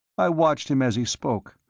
i watched him as he spoke,